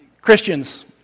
Christians